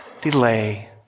delay